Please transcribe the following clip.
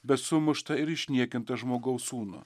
bet sumuštą ir išniekintą žmogaus sūnų